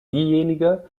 diejenige